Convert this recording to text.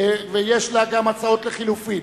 ויש לה גם הצעות לחלופין.